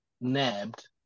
nabbed